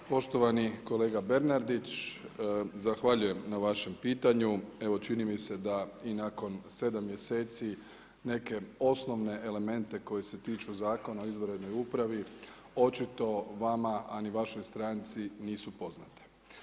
Poštovani kolega Bernardić, zahvaljujem na vašem pitanju, evo čini mi se da i nakon 7 mjeseci, neke osnovne elemente koji su tiču Zakona o izvanrednoj upravi očito vama a ni vašoj stranci nisu poznati.